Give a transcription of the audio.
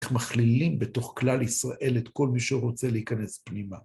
איך מכלילים בתוך כלל ישראל את כל מי שרוצה להיכנס פנימה.